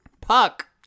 Puck